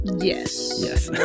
Yes